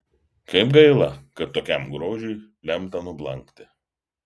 kaip gaila kad tokiam grožiui lemta nublankti